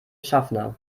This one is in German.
schaffner